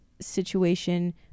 situation